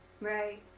Right